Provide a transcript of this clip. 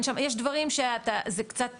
יש דברים שזה קצת